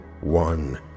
one